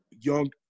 young